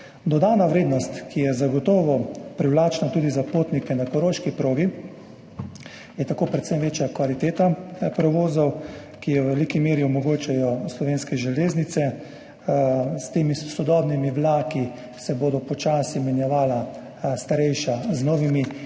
Dodana vrednost, ki je zagotovo privlačna tudi za potnike na koroški progi, je tako predvsem večja kvaliteta prevozov, ki jo v veliki meri omogočajo Slovenske železnice. S temi sodobnimi vlaki se bodo počasi zamenjali starejši vlaki